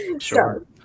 sure